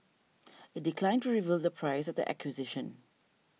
it declined to reveal the price of the acquisition